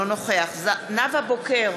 אינו נוכח נאוה בוקר,